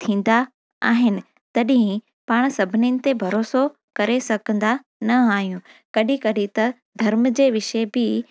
थींदा आहिनि तॾहिं ई पाण सभिनीनि ते भरोसो करे सघंदा न आहियूं कॾहिं कॾहिं त धर्म जे विषय बि